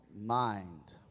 mind